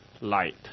light